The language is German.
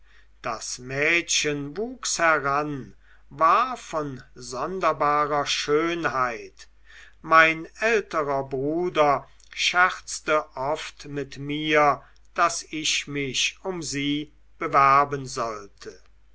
das mädchen wuchs heran und war von sonderbarer schönheit mein älterer bruder scherzte oft mit mir daß ich mich um sie bewerben sollte